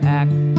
act